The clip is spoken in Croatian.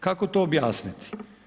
Kako to objasniti?